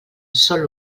sòl